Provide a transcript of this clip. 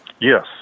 Yes